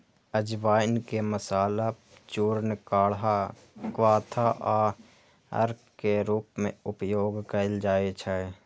अजवाइन के मसाला, चूर्ण, काढ़ा, क्वाथ आ अर्क के रूप मे उपयोग कैल जाइ छै